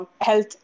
health